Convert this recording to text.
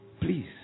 Please